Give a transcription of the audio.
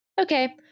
Okay